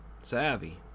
savvy